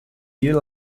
you